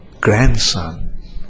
grandson